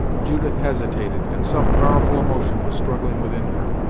judith hesitated, and some powerful emotion was struggling within her.